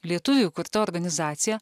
lietuvių įkurta organizacija